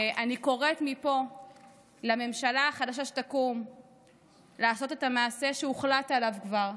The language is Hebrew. אני קוראת מפה לממשלה החדשה שתקום לעשות את המעשה שהוחלט עליו כבר,